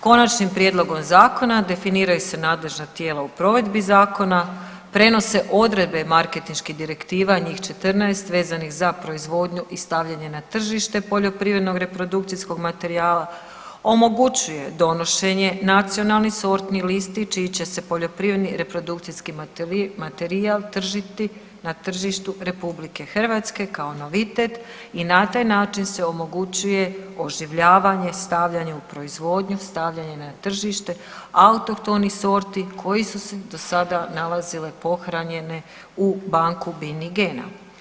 Konačnim prijedlogom zakona definiraju se nadležna tijela u provedbi zakona, prenose odredbe marketinških direktiva, njih 14 vezanih za proizvodnju i stavljanje na tržite poljoprivrednog reprodukcijskog materijala, omogućuje donošenje nacionalnih sortnih listi čiji će se poljoprivredni reprodukcijski materijal tržiti na tržištu RH kao novitet i na taj način se omogućuje oživljavanje, stavljanje u proizvodnju, stavljanje na tržište autohtonih sorti koji su se do sada nalazile pohranjene u banku biljnih gena.